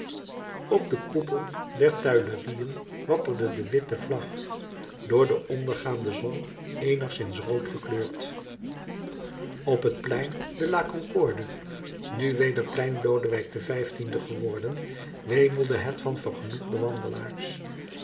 op den koepel der tuilerieën wapperde de witte vlag door de ondergaande zon eenigszins rood gekleurd op het plein de la concorde nu weder plein lodewijk xv geworden wemelde het van vergenoegde wandelaars